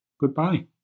goodbye